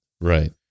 right